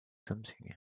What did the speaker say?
something